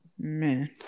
Man